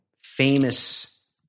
famous –